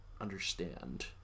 understand